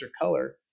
Color